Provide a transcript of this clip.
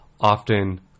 often